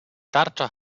tarcza